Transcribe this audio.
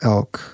Elk